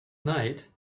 night